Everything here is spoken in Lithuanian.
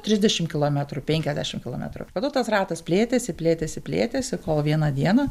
trisdešim kilometrų penkiasdešim kilometrų tada tas ratas plėtėsi plėtėsi plėtėsi kol vieną dieną